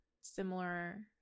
similar